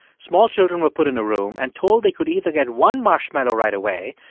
small children were put in a room and told they could either get one marshmallow right away,